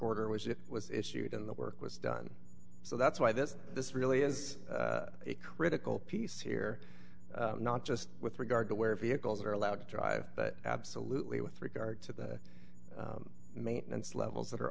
order was it was issued on the work was done so that's why this this really is a critical piece here not just with regard to where vehicles are allowed to drive but absolutely with regard to the maintenance levels that are